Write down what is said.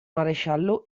maresciallo